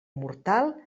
mortal